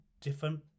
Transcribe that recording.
different